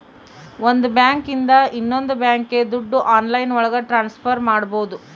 ಒಂದ್ ಬ್ಯಾಂಕ್ ಇಂದ ಇನ್ನೊಂದ್ ಬ್ಯಾಂಕ್ಗೆ ದುಡ್ಡು ಆನ್ಲೈನ್ ಒಳಗ ಟ್ರಾನ್ಸ್ಫರ್ ಮಾಡ್ಬೋದು